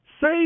Say